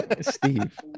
Steve